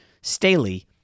Staley